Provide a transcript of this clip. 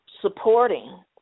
supporting